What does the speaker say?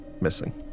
Missing